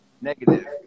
negative